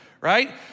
right